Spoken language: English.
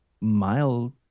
mild